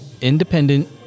independent